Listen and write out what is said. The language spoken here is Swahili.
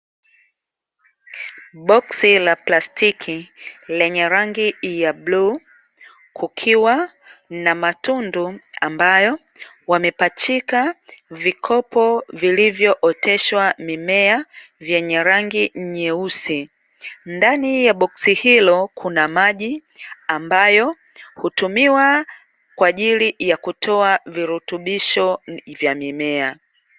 Boksi la plastiki lenye rangi ya bluu kukiwa na matundu ambayo wamepachika vikopo vilivyooteshwa mimea vyenye rangi nyeusi, ndani ya boksi hilo kunamaji ambayo hutumiwa kwa ajili ya kutoa virutubisho vya mimea.